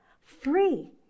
Free